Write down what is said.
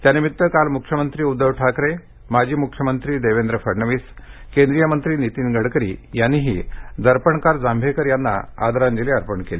त्यानिमित्त काल मुख्यमंत्री उद्धव ठाकरे माजी मुख्यमंत्री देवेंद्र फडणवीस केंद्रीय मंत्री नीतीन गडकरी यांनीही दर्पणकार जांभेकर यांना आदरांजली अर्पण केली